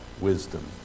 wisdom